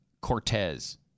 Cortez